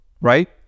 right